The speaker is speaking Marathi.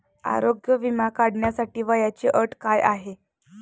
आरोग्य विमा काढण्यासाठी वयाची अट काय आहे?